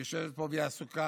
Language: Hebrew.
היא יושבת פה והיא עסוקה.